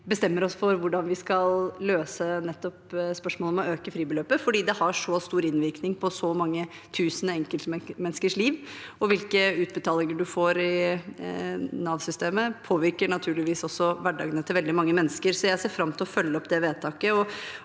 bestemmer oss for hvordan vi skal løse spørsmålet om å øke fribeløpet, for det har så stor innvirkning på så mange tusen enkeltmenneskers liv. Hvilke utbetalinger man får i Nav-systemet, påvirker naturligvis også hverdagen til veldig mange mennesker. Så jeg ser fram til å følge opp det vedtaket,